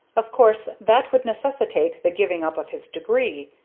of course that would necessitate the giving up of his degree,